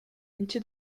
into